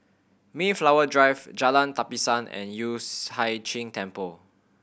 Mayflower Drive Jalan Tapisan and Yueh Hai Ching Temple